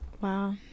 Wow